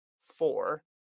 four